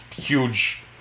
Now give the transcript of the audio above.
huge